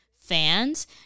fans